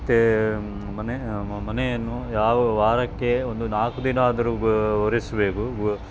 ಮತ್ತು ಮನೆ ಮನೆಯನ್ನು ಯಾವ ವಾರಕ್ಕೆ ಒಂದು ನಾಲ್ಕು ದಿನವಾದ್ರು ಒರೆಸಬೇಕು